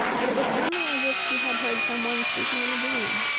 but it was only as if she had heard someone speaking in a dream.